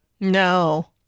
No